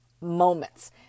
moments